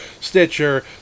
Stitcher